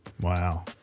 wow